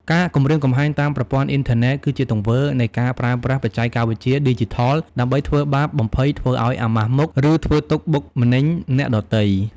ការគំរាមកំហែងតាមប្រព័ន្ធអ៊ីនធឺណិត គឺជាទង្វើនៃការប្រើប្រាស់បច្ចេកវិទ្យាឌីជីថលដើម្បី ធ្វើបាប បំភ័យ ធ្វើឲ្យអាម៉ាស់មុខ ឬធ្វើទុក្ខបុកម្នេញ អ្នកដទៃ។